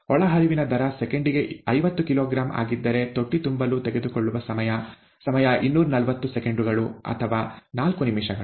ಒಳಹರಿವಿನ ದರ ಸೆಕೆಂಡಿಗೆ ಐವತ್ತು ಕಿಲೋಗ್ರಾಂ ಆಗಿದ್ದರೆ ತೊಟ್ಟಿ ತುಂಬಲು ತೆಗೆದುಕೊಳ್ಳುವ ಸಮಯ ಸಮಯ 240 ಸೆಕೆಂಡುಗಳು ಅಥವಾ ನಾಲ್ಕು ನಿಮಿಷಗಳು